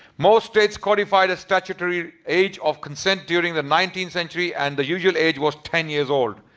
most states codified a statutory age of consent during the nineteenth century, and the usual age was ten years old.